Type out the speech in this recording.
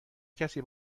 کسی